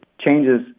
changes